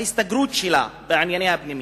להסתגרות שלה בענייניה הפנימיים.